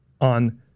on